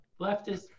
leftist